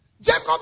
Jacob